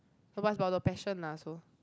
ah but it's about the passion lah so